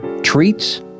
Treats